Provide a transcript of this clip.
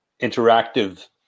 interactive